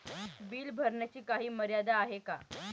Bill भरण्याची काही मर्यादा आहे का?